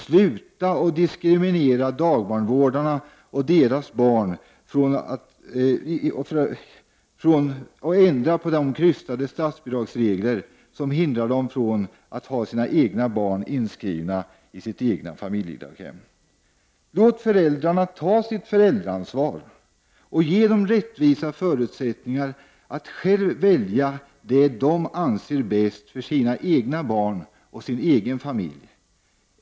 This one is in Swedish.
— Sluta att diskriminera dagbarnvårdarna och deras barn och ändra den krystade statsbidragsregel som hindrar dem från att ha sina barn inskrivna i sina egna familjedaghem. Låt föräldrarna ta sitt föräldraansvar och ge dem rättvisa förutsättningar att själva välja det de anser vara bäst för sina egna barn och sin egen familj.